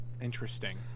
Interesting